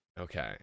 Okay